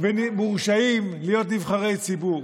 ולמורשעים להיות נבחרי ציבור,